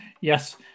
yes